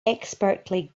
expertly